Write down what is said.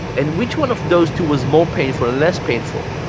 and which one of those two was more painful and less painful?